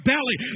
belly